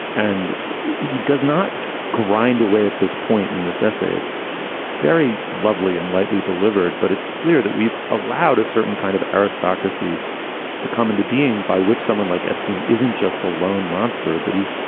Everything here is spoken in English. and he does not grind away at this point in this essay. it's very lovely and lightly delivered, but it's clear that we've allowed a certain kind of aristocracy to come into being by which someone like epstein isn't just the lone monster, but he's.